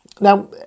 Now